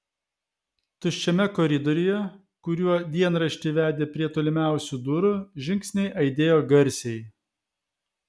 tuščiame koridoriuje kuriuo dienraštį vedė prie tolimiausių durų žingsniai aidėjo garsiai